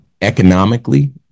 economically